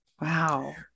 Wow